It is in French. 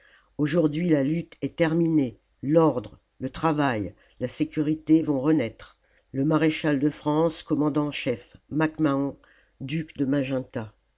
aujourd'hui la lutte est terminée l'ordre le travail la sécurité vont renaître le maréchal de france commandant en chef mac mahon duc de magenta ce